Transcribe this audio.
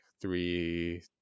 three